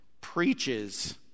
preaches